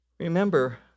Remember